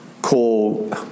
call